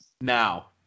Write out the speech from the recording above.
Now